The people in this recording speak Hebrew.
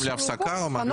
לא ההסתייגויות, הרביזיה.